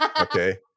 Okay